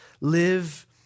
live